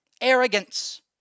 arrogance